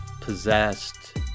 possessed